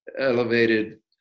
elevated